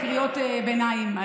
קריאות ביניים,